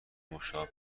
موشا